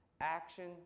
action